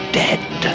dead